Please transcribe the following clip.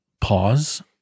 pause